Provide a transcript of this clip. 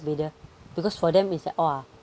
bidder because for them it's like !whoa!